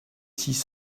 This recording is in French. six